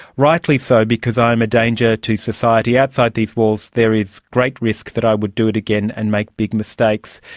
rightly so because i am a danger to society. outside these walls there is great risk that i would do it again and make big mistakes.